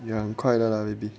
ya 很快的 lah baby